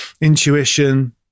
Intuition